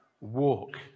walk